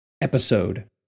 episode